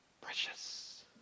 precious